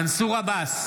מנסור עבאס,